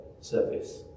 service